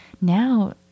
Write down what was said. now